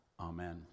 Amen